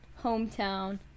hometown